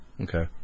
Okay